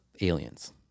Aliens